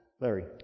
Larry